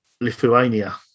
Lithuania